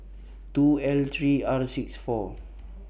two L three R six four